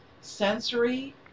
sensory